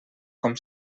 com